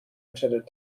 attended